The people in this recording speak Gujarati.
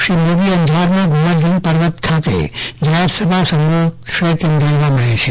શ્રી મોદી અંજારમાં ગોવર્ધન પર્વત ખાતે જેહરસભા સંબોધશે તેમ જાણવા મળે છે